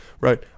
right